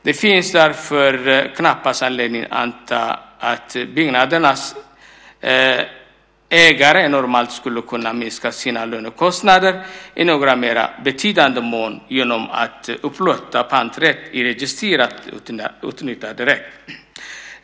Det finns därför knappast anledning att anta att byggnadernas ägare normalt skulle kunna minska sina lånekostnader i någon mera betydande mån genom att upplåta panträtt i registrerad nyttjanderätt.